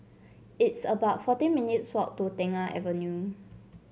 it's about fourteen minutes' walk to Tengah Avenue